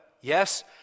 Yes